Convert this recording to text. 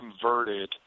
converted